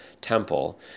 temple